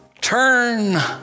turn